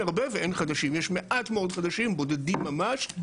יש מעט מאוד חדשים, בודדים ממש,